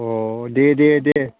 अह दे दे दे